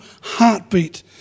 heartbeat